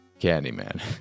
Candyman